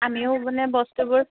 আমিও মানে বস্তুবোৰ